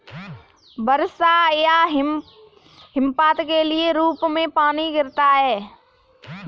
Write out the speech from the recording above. वर्षा या हिमपात के रूप में पानी गिरता है